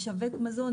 משווק מזון,